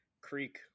creek